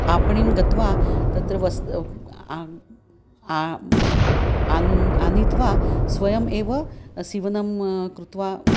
आपणं गत्वा तत्र वस्त्रम् अन्यत् आनीत्वा स्वयम् एव सीवनं कृत्वा